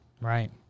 Right